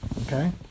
Okay